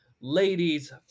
ladies